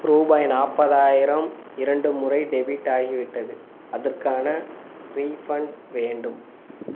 ரூபாய் நாற்பதாயிரம் இரண்டு முறை டெபிட் ஆகிவிட்டது அதற்கான ரீஃபண்ட் வேண்டும்